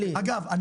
אגב,